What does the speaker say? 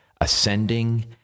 ascending